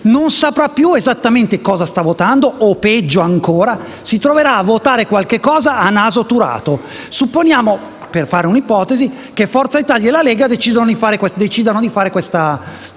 non saprà più esattamente cosa sta votando; peggio ancora, si troverà a votare qualcosa a naso turato. Supponiamo che Forza Italia e la Lega decidano di fare questa accoppiata